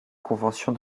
convention